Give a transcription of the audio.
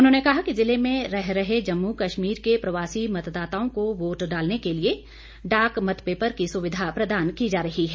उन्होंने कहा कि जिले में रह रहे जम्मु कश्मीर के प्रवासी मतदाताओं को वोट डालने के लिए डाक मत पेपर की सुविधा प्रदान की जा रही है